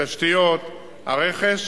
התשתיות, הרכש,